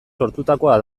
sortutakoa